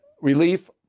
relief